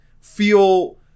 feel